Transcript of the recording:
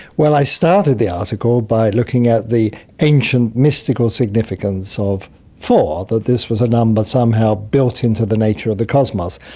well, i started the article by looking at the ancient mystical significance of four, that this was a number somehow built into the nature of the cosmos.